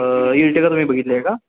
इल्टेगा तुम्ही बघितले आहे का